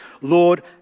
lord